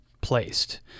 placed